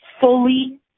fully